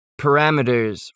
parameters